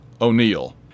O'Neill